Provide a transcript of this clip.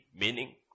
Meaning